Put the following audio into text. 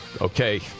okay